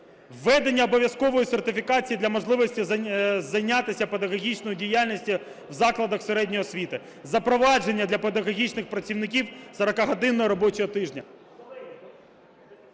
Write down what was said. введення обов'язкової сертифікації для можливості зайнятися педагогічною діяльністю в закладах середньої освіти, запровадження для педагогічних працівників 40-годинного робочого тижня.